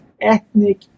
ethnic